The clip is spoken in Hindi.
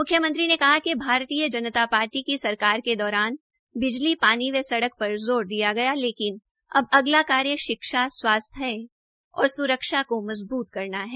म्ख्यमंत्री ने कहा कि भारतीय जनता पार्टी की सरकार के दौरान बिजली पानी व सड़क पर जोर दिया गया लेकिन अब अगला कार्य शिक्षा स्वास्थ्य और स्रक्षा को मजबूत करना है